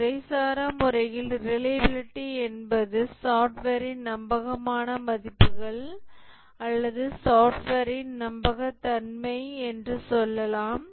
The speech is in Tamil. முறைசாரா முறையில் ரிலையபிலிடி என்பது சாஃப்ட்வேரின் நம்பகமான மதிப்புகள் அல்லது சாஃப்ட்வேரின் நம்பக தன்மை என்று சொல்லலாம்